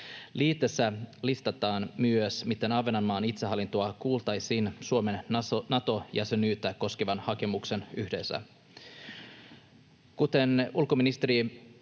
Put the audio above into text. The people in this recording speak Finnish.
Liitteessä listataan myös, miten Ahvenanmaan itsehallintoa kuultaisiin Suomen Nato-jäsenyyttä koskevan hakemuksen yhteydessä. Kuten ulkoministeri